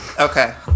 okay